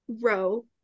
row